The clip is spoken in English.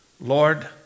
Lord